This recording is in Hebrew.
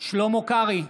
שלמה קרעי,